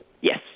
yes